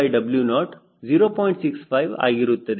65 ಆಗಿರುತ್ತದೆ